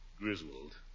Griswold